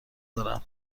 دارم